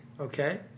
Okay